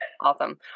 Awesome